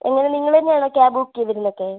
എങ്ങനെ നിങ്ങൾ തന്നെയാണോ ക്യാബ് ബുക്ക് ചെയ്തുതരുന്നത് ഒക്കെ